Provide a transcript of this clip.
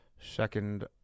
second